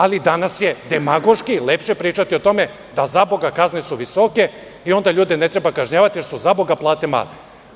Ali, danas je demagoški lepše pričati o tome da su kazne visoke i onda ljude ne treba kažnjavati, jer su plate male.